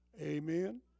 Amen